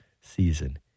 season